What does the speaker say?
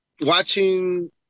watching